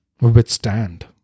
withstand